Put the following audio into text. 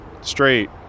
straight